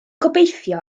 gobeithio